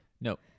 no